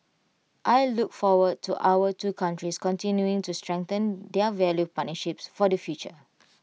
I look forward to our two countries continuing to strengthen their value partnership for the future